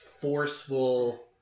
forceful